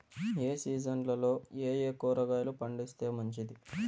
ఏ సీజన్లలో ఏయే కూరగాయలు పండిస్తే మంచిది